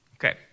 Okay